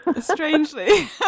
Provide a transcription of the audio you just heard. Strangely